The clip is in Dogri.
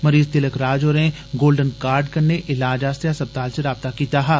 मरीज तिलक राज होरें गोल्डन कार्ड कन्ने इलाज आस्तै अस्पताल च राबता कीता हा